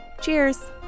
Cheers